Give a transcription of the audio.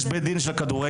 יש בית דין של הכדורגל,